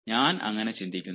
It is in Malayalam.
ഞാൻ അങ്ങനെ ചിന്തിക്കുന്നില്ല